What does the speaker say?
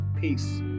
Peace